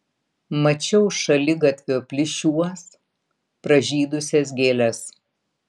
mačiau šaligatvio plyšiuos pražydusias gėles